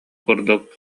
курдук